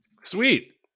Sweet